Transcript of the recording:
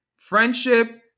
Friendship